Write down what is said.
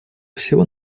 всего